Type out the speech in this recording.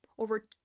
Over